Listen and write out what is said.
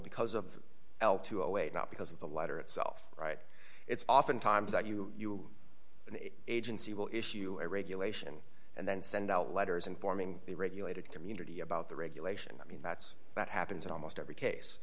because of l two away not because of the letter itself right it's oftentimes that you are an agency will issue a regulation and then send out letters informing the regulator community about the regulation i mean that's that happens in almost every case